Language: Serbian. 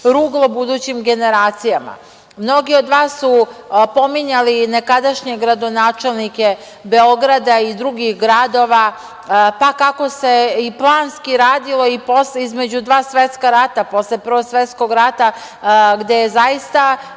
ruglo budućim generacijama. Mnogi od vas su pominjali nekadašnjeg gradonačelnike Beograda i drugih gradova, pa kako se i planski radilo i posle između dva svetska rata, posle Prvog svetskog rata gde je zaista